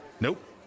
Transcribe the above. Nope